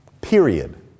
Period